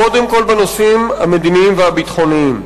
קודם כול בנושאים המדיניים והביטחוניים.